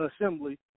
Assembly